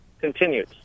continues